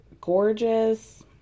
gorgeous